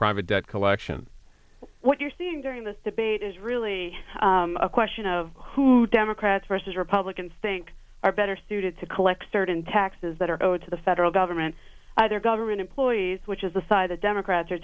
private debt collection what you're seeing during this debate is really a question of who democrats versus republicans think are better suited to collect certain taxes that are owed to the federal government their government employees which is the side the democrats are